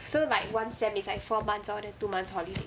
so like one sem is like four months lor then two months holiday